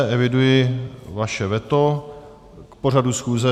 Eviduji vaše veto k pořadu schůze.